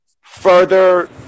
further